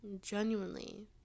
genuinely